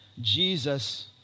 Jesus